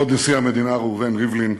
כבוד נשיא המדינה ראובן ריבלין,